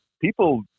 People